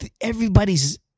everybody's